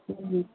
ହୁଁ